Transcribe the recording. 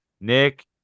Nick